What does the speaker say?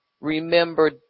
remember